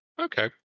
Okay